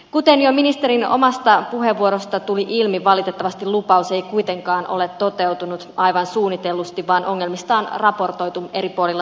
kuten jo ministerin omasta puheenvuorosta tuli ilmi valitettavasti lupaus ei kuitenkaan ole toteutunut aivan suunnitellusti vaan ongelmista on raportoitu eri puolilla suomea